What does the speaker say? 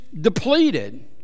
depleted